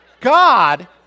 God